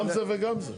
גם זה וגם זה.